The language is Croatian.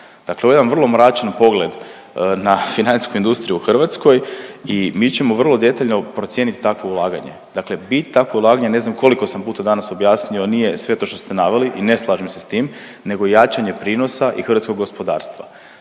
Dakle, ovo je jedan vrlo mračan pogled na financijsku industriju u Hrvatskoj i mi ćemo vrlo detaljno procijeniti takvo ulaganje. Dakle, bit takvog ulaganja ne znam koliko sam puta danas objasnio nije sve to što ste naveli i ne slažem se s tim nego jačanje prinosa i hrvatskog gospodarstva.